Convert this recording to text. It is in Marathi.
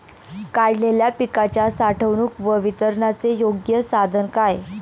काढलेल्या पिकाच्या साठवणूक व वितरणाचे योग्य साधन काय?